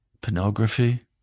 pornography